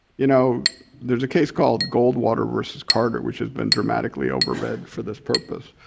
you know there's a case called goldwater versus carter, which has been dramatically over read for this purpose.